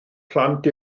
plant